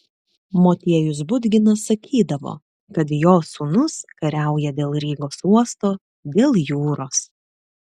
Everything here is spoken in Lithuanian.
motiejus budginas sakydavo kad jo sūnus kariauja dėl rygos uosto dėl jūros